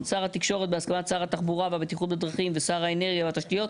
שר התקשורת בהסכמת שר התחבורה והבטיחות בדרכים ושר האנרגיה והתשתיות,